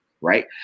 Right